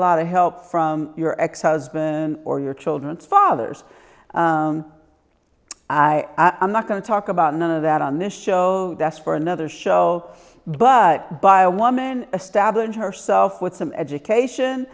lot of help from your ex husband or your children's fathers i am not going to talk about none of that on this show that's for another show but by a woman establish herself with some education